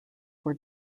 were